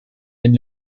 den